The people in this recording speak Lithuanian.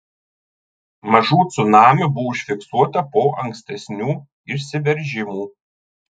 mažų cunamių buvo užfiksuota po ankstesnių išsiveržimų